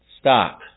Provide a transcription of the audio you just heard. Stop